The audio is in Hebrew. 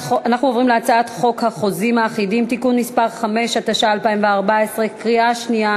17 חברי כנסת בעד הצעת החוק, אפס מתנגדים.